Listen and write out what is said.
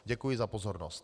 Děkuji za pozornost.